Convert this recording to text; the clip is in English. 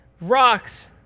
rocks